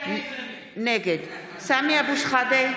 נגד סמי אבו שחאדה,